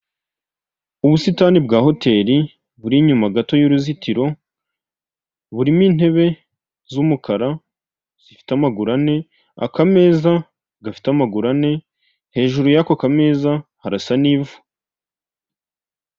Ubusitani bwa hoteri, buri inyuma gato y'uruzitiro, burimo intebe z'umukara zifite amaguru ane, akameza gafite amaguru ane, hejuru yako kameza harasa n'ivu.